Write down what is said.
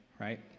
right